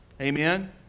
Amen